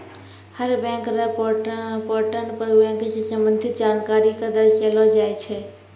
हर bank र portal पर bank स संबंधित जानकारी क दर्शैलो जाय छै